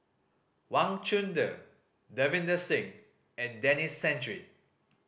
Wang Chunde Davinder Singh and Denis Santry